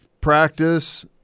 practice